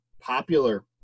popular